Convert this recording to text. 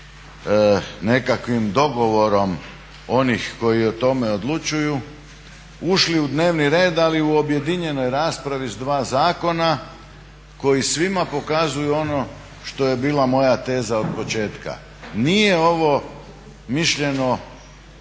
nekakvim dogovorom onih koji o tome odlučuju ušli u dnevni red ali u objedinjenoj raspravi sa dva zakona koji svima pokazuju ono što je bila moja teza otpočetka. Nije ovo mišljeno